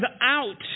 out